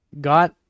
got